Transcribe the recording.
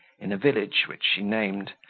in a village which she named,